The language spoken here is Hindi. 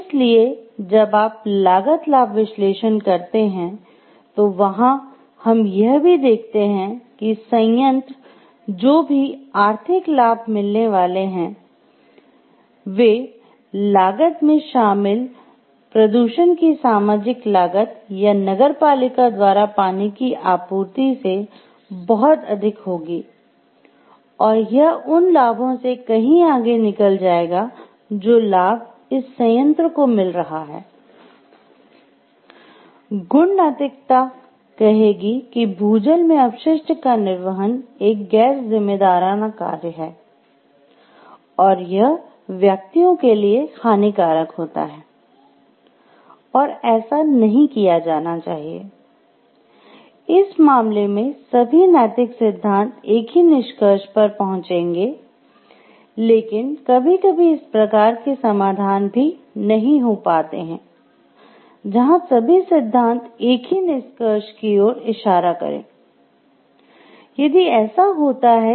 इसलिए जब आप लागत लाभ विश्लेषण करते हैं तो वहां हम यह भी देखते हैं कि संयंत्र को जो भी आर्थिक लाभ मिलने वाले हैं वे लागत में शामिल प्रदूषण की सामाजिक लागत या नगरपालिका द्वारा पानी की आपूर्ति से बहुत अधिक होगी और यह उन लाभों से कहीं आगे निकल जाएगा जो लाभ इस संयंत्र को मिल रहा है